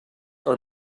are